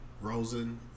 Rosen